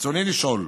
רצוני לשאול,